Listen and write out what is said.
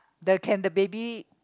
the can the baby